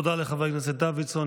תודה לחבר הכנסת דוידסון.